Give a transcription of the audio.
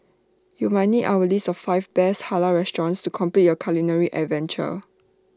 you might need our list of five best Halal restaurants to complete your culinary adventure